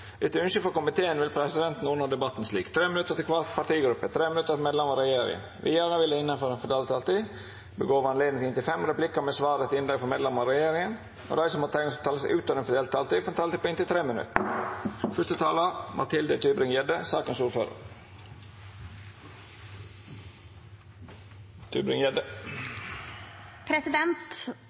Etter ønske frå utdannings- og forskningskomiteen vil presidenten ordna debatten slik: 3 minutt til kvar partigruppe og 3 minutt til medlemer av regjeringa. Vidare vil det – innanfor den fordelte taletida – verta gjeve anledning til inntil fem replikkar med svar etter innlegg frå medlemer av regjeringa, og dei som måtte teikna seg på talarlista utover den fordelte taletida, får også ei taletid på inntil 3 minutt.